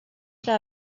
tras